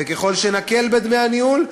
וככל שנקל בדמי הניהול,